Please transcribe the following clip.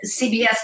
CBS